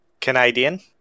canadian